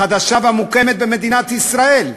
החדשה, המוקמת במדינת ישראל,